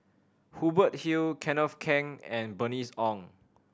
Hubert Hill Kenneth Keng and Bernice Ong